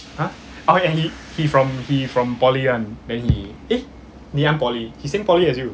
!huh! orh ya he he from he from poly [one] then he eh ngee ann poly he same poly as you